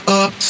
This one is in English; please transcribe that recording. up